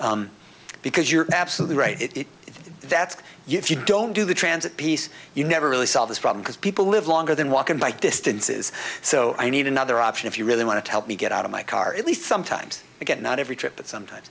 next because you're absolutely right it is that's you if you don't do the transit piece you never really solve this problem because people live longer than walking bike distances so i need another option if you really want to help me get out of my car at least sometimes you get not every trip but sometimes